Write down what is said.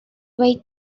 way